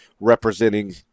representing